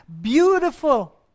beautiful